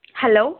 hello